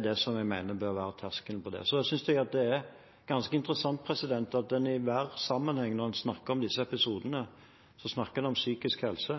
det som jeg mener bør være terskelen på det. Så synes jeg det er ganske interessant at en i hver sammenheng når en snakker om disse episodene, snakker om psykisk helse.